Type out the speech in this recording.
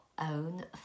own